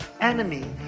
enemy